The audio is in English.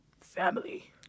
family